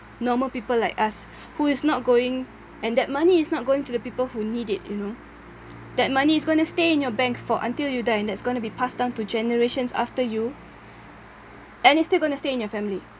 normal people like us who is not going and that money is not going to the people who need it you know that money is going to stay in your bank for until you die and that's gonna be passed down to generations after you and it's still gonna stay in your family